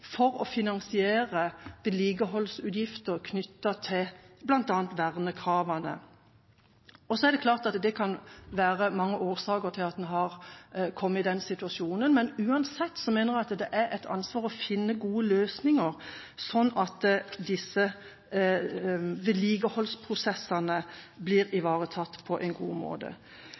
for å finansiere vedlikeholdsutgifter knyttet til bl.a. vernekravene. Det er klart at det kan være mange årsaker til at man har kommet i den situasjonen, men uansett mener jeg at det er et ansvar å finne gode løsninger, slik at disse vedlikeholdsprosessene blir